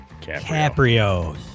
Caprio